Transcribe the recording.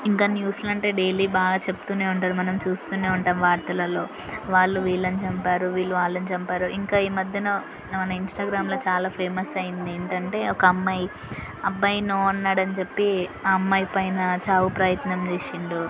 ఇంకా న్యూస్లు అంటే డైలీ బాగా చెప్తూనే ఉంటారు మనం చూస్తూనే ఉంటాం వార్తలలో వాళ్ళు వీళ్ళని చంపారు వీళ్ళు వాళ్ళని చంపారు ఇంకా ఈ మధ్యన మన ఇన్స్టాగ్రామ్లో చాలా ఫేమస్ అయ్యింది ఏంటంటే ఒక అమ్మాయి అబ్బాయి నో అన్నాడని చెప్పి ఆ అమ్మాయి పైన చావు ప్రయత్నం చేసిండు